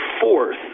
Fourth